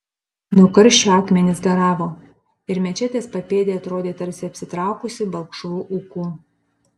nuo karščio akmenys garavo ir mečetės papėdė atrodė tarsi apsitraukusi balkšvu ūku